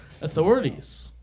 authorities